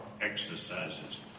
Exercises